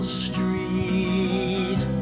street